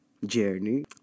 Journey